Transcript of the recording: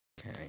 Okay